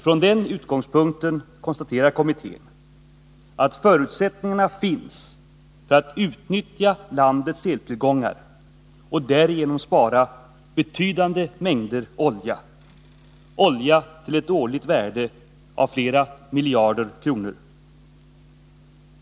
Från den utgångspunkten konstaterar kommittén att förutsättningarna finns för att utnyttja landets eltillgångar och därigenom spara betydande mängder olja — olja till ett årligt värde av flera miljarder kronor.